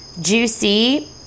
Juicy